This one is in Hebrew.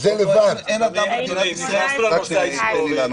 ולכן אני מציעה את הדבר